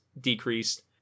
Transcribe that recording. decreased